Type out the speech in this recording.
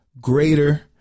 greater